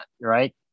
right